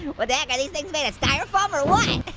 what the heck are these things made of, styrofoam or what?